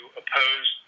oppose